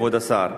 כבוד השר.